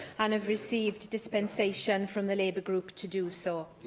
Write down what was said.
and have received dispensation from the labour group to do so?